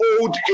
old